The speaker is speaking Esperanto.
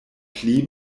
pli